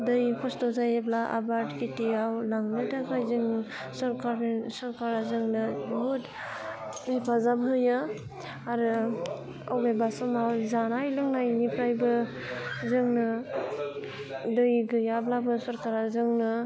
दै खस्थ' जायोब्ला आबाद खेथियाव लांनो थाखाय जों सरकारनि सरकारा जोंनो बुहुत हेफाजाब होयो आरो अबेबा समाव जानाय लोंनायनिफ्रायबो जोंनो दै गैयाब्लाबो सरकारा जोंनो